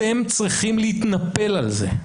אתם צריכים להתנפל על זה,